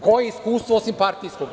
Koje je iskustvo, osim partijskog?